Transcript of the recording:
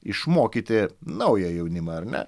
išmokyti naują jaunimą ar ne